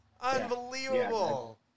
Unbelievable